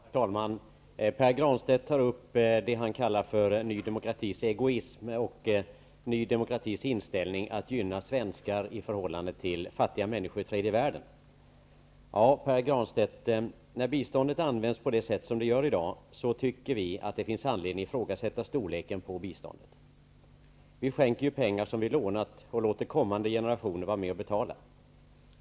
Herr talman! Pär Granstedt tog upp vad han kallade för Ny demokratis egoism, Ny demokratis önskan att gynna svenskar i förhållande till fattiga människor i tredje världen. Ja, Pär Granstedt, när biståndet används på det sätt som det gör i dag tycker vi att det finns anledning att ifrågasätta storleken på det. Vi skänker pengar som vi lånat och låter kommande generationer vara med och betala.